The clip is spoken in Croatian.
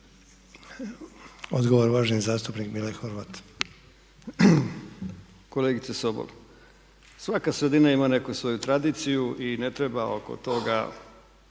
Odgovor uvaženi zastupnik Mile Horvat. **Horvat, Mile (SDSS)** Kolegice Sobol, svaka sredina ima neku svoju tradiciju i ne treba oko toga,